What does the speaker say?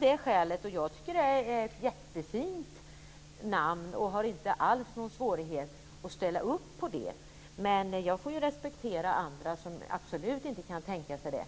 det är ett fint namn och har ingen svårighet att ställa upp på det. Men jag får respektera andra som absolut inte kan tänka sig det.